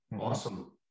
awesome